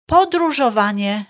Podróżowanie